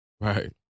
Right